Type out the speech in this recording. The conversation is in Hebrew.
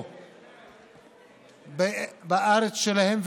בארץ שלהם,